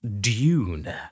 Dune